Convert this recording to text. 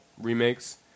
remakes